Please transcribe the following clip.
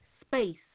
space